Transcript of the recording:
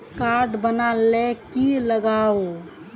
Card बना ले की लगाव?